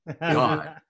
God